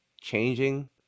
changing